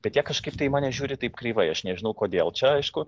bet jie kažkaip tai į mane žiūri taip kreivai aš nežinau kodėl čia aišku